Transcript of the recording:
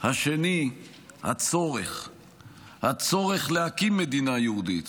השני, הצורך להקים מדינה יהודית